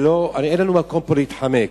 אין לנו מקום להתחמק.